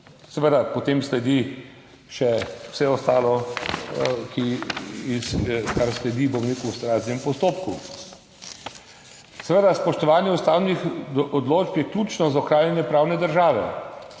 Seveda potem sledi še vse ostalo, kar sledi, bom rekel, v postopku. Spoštovanje ustavnih odločb je ključno za ohranjanje pravne države.